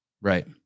Right